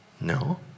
No